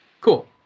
Cool